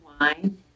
wine